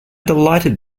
delighted